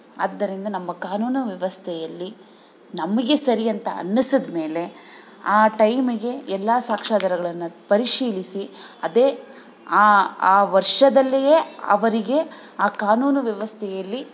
ಆದ್ದರಿಂದ ನಮ್ಮ ಕಾನೂನು ವ್ಯವಸ್ಥೆಯಲ್ಲಿ ನಮಗೆ ಸರಿ ಅಂತ ಅನ್ನಿಸಿದ ಮೇಲೆ ಆ ಟೈಮಿಗೆ ಎಲ್ಲ ಸಾಕ್ಷ್ಯಾಧಾರಗಳನ್ನ ಪರಿಶೀಲಿಸಿ ಅದೇ ಆ ಆ ವರ್ಷದಲ್ಲಿಯೇ ಅವರಿಗೆ ಆ ಕಾನೂನು ವ್ಯವಸ್ಥೆಯಲ್ಲಿ